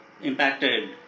impacted